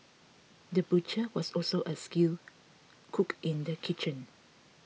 the butcher was also a skilled cook in the kitchen